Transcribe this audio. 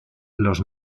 los